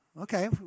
Okay